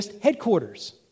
headquarters